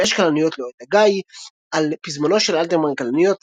באש כלניות לוהט הגיא – על פזמונו של אלתרמן "כלניות",